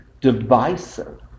divisive